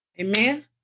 Amen